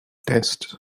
tests